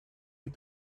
had